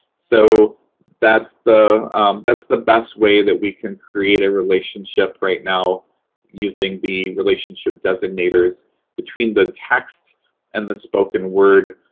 so that's the that's the best way that we can create a relationship right now using the relationship designators between the text and the spoken-word